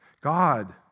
God